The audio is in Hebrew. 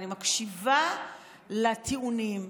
ואני מקשיבה לטיעונים,